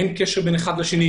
אין קשר בין אחד לשני,